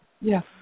Yes